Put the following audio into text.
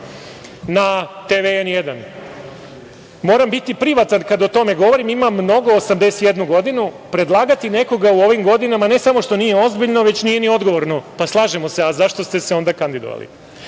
na TV „N1“, moram biti privatan kada o tome govorim, imam mnogo, 81 godinu, predlagati nekoga u ovim godinama, ne samo što nije ozbiljno, već nije ni odgovorno. Slažemo se, ali zašto ste se onda kandidovali?I